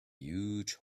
huge